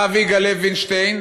הרב יגאל לוינשטיין,